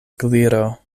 gliro